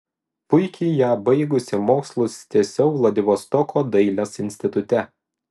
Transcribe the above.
puikiai ją baigusi mokslus tęsiau vladivostoko dailės institute